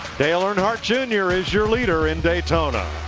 dale earnhardt jr. is your leader in daytona.